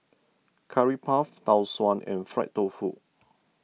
Curry Puff Tau Suan and Fried Tofu